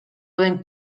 den